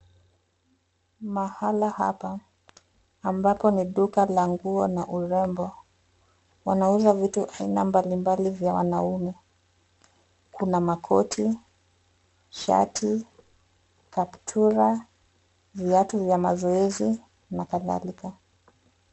Mahala hapa, ambapo ni duka la nguo na urembo, wanauza vitu aina mbalimbali vya wanaume. Kuna makoti, shati, kaptura, viatu vya mazoezi na kadhalika.